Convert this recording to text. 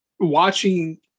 Watching